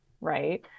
right